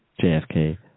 JFK